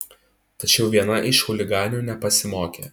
tačiau viena iš chuliganių nepasimokė